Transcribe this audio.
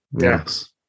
Yes